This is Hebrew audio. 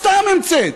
סתם המצאת.